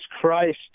Christ